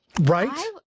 Right